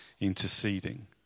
interceding